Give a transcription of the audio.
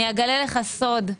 אגלה לך סוד,